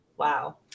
Wow